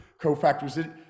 cofactors